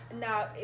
now